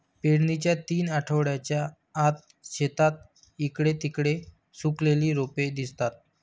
पेरणीच्या तीन आठवड्यांच्या आत, शेतात इकडे तिकडे सुकलेली रोपे दिसतात